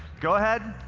go ahead,